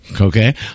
Okay